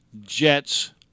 Jets